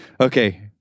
Okay